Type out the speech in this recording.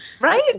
Right